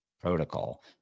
protocol